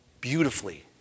beautifully